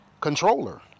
controller